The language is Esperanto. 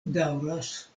daŭras